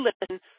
listen